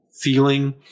feeling